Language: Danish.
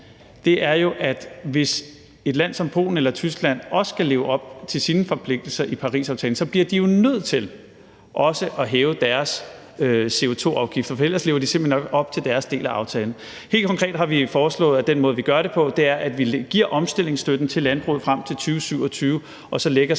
det, er jo, at hvis lande som Polen eller Tyskland også skal leve op til deres forpligtelser i Parisaftalen, bliver de jo nødt til også at hæve deres CO2-afgifter, for ellers lever de simpelt hen ikke op til deres del af aftalen. Helt konkret har vi foreslået, at den måde, vi gør det på, er, at vi giver omstillingsstøtten til landbruget frem til 2027 og så lægger